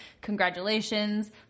Congratulations